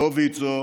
לא ויצו,